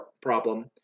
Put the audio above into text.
problem